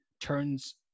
turns